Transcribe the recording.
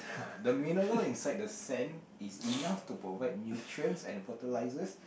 the mineral inside the sand is enough to provide nutrients and fertilisers